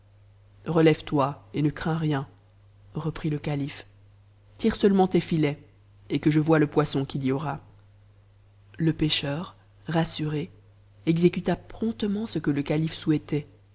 relève-toi et ne crains rien reprit le caiifc i seulement tes filets que je voie c poisson qu'il y aura le pêcheur rassuré exécuta promptement ce que le calife souhaitai